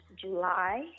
July